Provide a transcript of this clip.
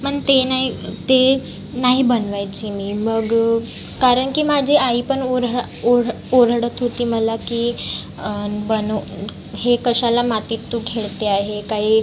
मन ते नाही ते नाही बनवायची मी मग कारण की माझे आई पण उऱ्हळा उढ ओरडत होती मला की न् बनव हे कशाला मातीत तू खेळते आहे काई